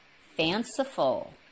Fanciful